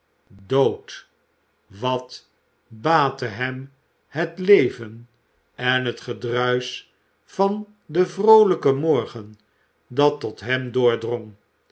dood wat baatte hem het leven en het gedruisch van den vroolijken morgen dat tot hem